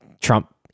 Trump